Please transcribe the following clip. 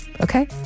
okay